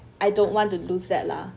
I don't want to lose that lah